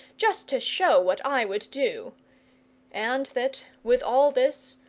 just to show what i would do and that, with all this,